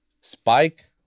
spike